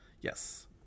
Yes